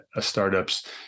startups